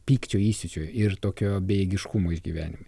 pykčio įsiūčio ir tokio bejėgiškumo išgyvenimai